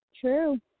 True